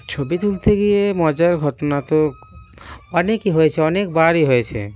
ছবি তুলতে গিয়ে মজার ঘটনা তো অনেকই হয়েছে অনেকবারই হয়েছে